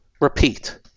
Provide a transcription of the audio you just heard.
repeat